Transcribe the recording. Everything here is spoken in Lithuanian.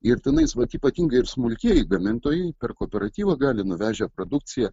ir tenais vat ypatingai ir smulkieji gamintojai per kooperatyvą gali nuvežę produkciją